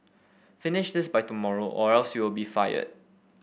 finish this by tomorrow or else you'll be fired